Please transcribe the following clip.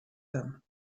them